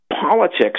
politics